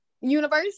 universe